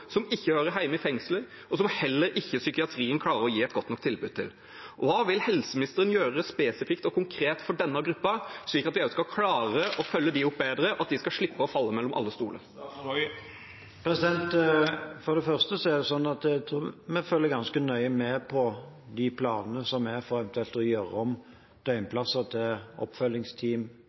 som kommunen ikke er i stand til å følge opp, som ikke hører hjemme i fengselet, og som heller ikke psykiatrien klarer å gi et godt nok tilbud. Hva vil helseministeren gjøre spesifikt og konkret for denne gruppen, slik at vi skal klare å følge dem opp bedre, og at de skal slippe å falle mellom alle stoler? For det første er det sånn at vi følger ganske nøye med på de planene som er for eventuelt å gjøre om døgnplasser til oppfølgingsteam,